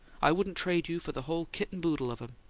i wouldn't trade you for the whole kit-and-boodle of em!